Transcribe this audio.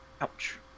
Ouch